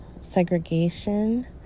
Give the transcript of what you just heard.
segregation